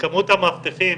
כמות המאבטחים